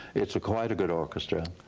it's quite a good orchestra.